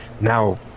now